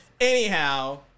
Anyhow